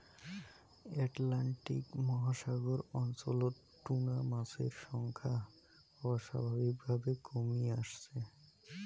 Atlantic মহাসাগর অঞ্চলত tuna মাছের সংখ্যা অস্বাভাবিকভাবে কমি আসছে